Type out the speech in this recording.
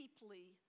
deeply